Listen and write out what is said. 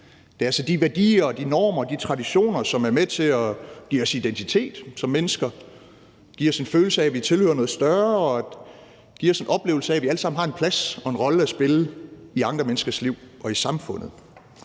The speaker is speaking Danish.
altså de værdier, de normer, de traditioner, som er med til at give os identitet som mennesker, give os en følelse af, at vi tilhører noget større, give os en oplevelse af, at vi alle sammen har en plads og en rolle at spille i andre menneskers liv og i samfundet.